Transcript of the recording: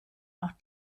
auch